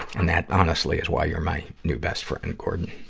and that, honestly, is why you're my new best friend, gordon.